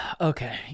okay